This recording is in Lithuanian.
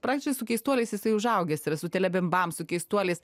praktiškai su keistuoliais jisai užaugęs yra su tele bimbam su keistuoliais